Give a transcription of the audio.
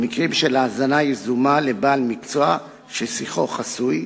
במקרים של האזנה יזומה לבעל מקצוע ששיחו חסוי,